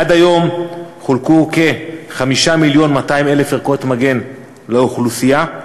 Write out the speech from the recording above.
עד היום חולקו כ-5.2 מיליון ערכות מגן לאוכלוסייה.